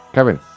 Kevin